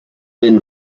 been